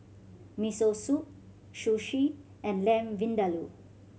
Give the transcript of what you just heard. Miso Soup Sushi and Lamb Vindaloo